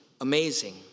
amazing